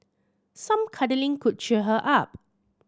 some cuddling could cheer her up